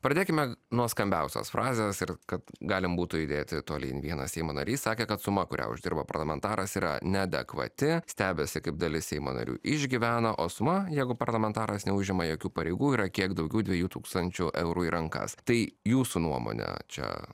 pradėkime nuo skambiausios frazės ir kad galime būtų judėti tolyn vienas seimo narys sakė kad sumą kurią uždirba parlamentaras yra neadekvati stebisi kaip dalis seimo narių išgyvena o suma jeigu parlamentaras neužima jokių pareigų yra kiek daugiau dviejų tūkstančių eurų į rankas tai jūsų nuomone čia